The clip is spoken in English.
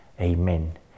Amen